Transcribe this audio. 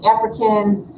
Africans